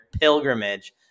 pilgrimage